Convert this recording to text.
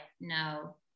no